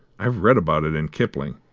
i've read about it in kipling.